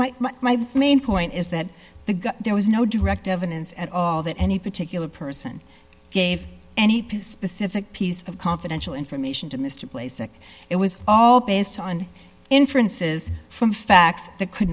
so my main point is that the got there was no direct evidence at all that any particular person gave any piece pacific piece of confidential information to mr place like it was all based on inferences from facts that could